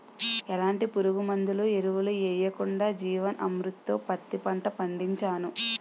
ఎలాంటి పురుగుమందులు, ఎరువులు యెయ్యకుండా జీవన్ అమృత్ తో పత్తి పంట పండించాను